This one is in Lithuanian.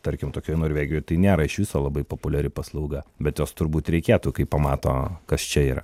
tarkim tokioj norvegijoj tai nėra iš viso labai populiari paslauga bet jos turbūt reikėtų kai pamato kas čia yra